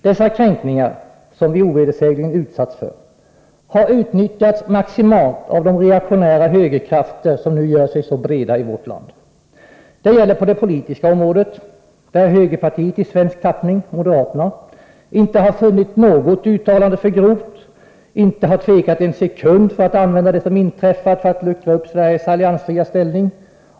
Dessa kränkningar, som vi ovedersägligen utsatts för, har utnyttjats maximalt av de reaktionära högerkrafter som nu gör sig så breda i vårt land. Det gäller på det politiska området, där högerpartiet i svensk tappning — moderaterna — inte har funnit något uttalande för grovt, och inte har tvekat en sekund för att använda det som inträffat för att luckra upp Sveriges alliansfria ställning.